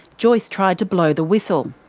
joyce tried to blow the whistle.